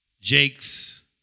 Jake's